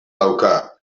dauka